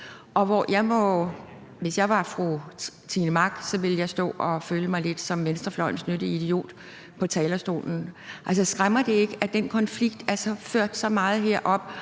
Hvis jeg var fru Trine Pertou Mach, ville jeg stå og føle mig lidt som venstrefløjens nyttige idiot på talerstolen? Altså, skræmmer det ikke, at den konflikt i den grad er